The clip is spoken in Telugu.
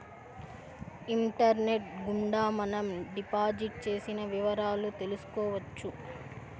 ఇంటర్నెట్ గుండా మనం డిపాజిట్ చేసిన వివరాలు తెలుసుకోవచ్చు